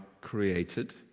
created